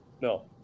no